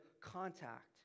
contact